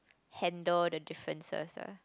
handle the differences ah